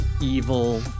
evil